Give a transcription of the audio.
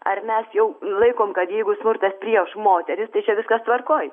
ar mes jau laikom kad jeigu smurtas prieš moteris tai čia viskas tvarkoj